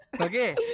Okay